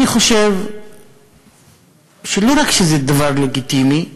אני חושב שלא רק שזה דבר לגיטימי,